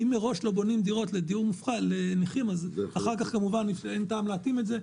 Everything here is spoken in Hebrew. אם מראש לא בונים דירות לנכים אז אחר כך כמובן אין טעם להתאים אותן,